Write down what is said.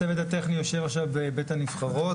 הצוות הטכני יושב עכשיו בבית הנבחרות,